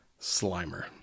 Slimer